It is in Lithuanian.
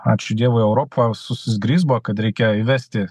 ačiū dievui europa susisgrizbo kad reikia įvesti